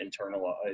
internalize